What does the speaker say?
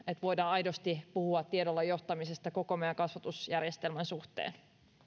voidaan aidosti puhua tiedolla johtamisesta koko meidän kasvatusjärjestelmämme suhteen